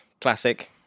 classic